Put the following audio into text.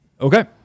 Okay